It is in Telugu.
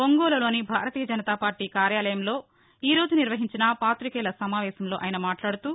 ఒంగోలులోని భారతీయ జనతా పార్లీ కార్యాలయంలో ఈ రోజు నిర్వహించిన పాతికేయుల సమావేశంలో ఆయన మాట్లాదుతూ